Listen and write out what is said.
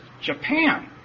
Japan